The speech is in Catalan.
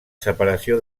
separació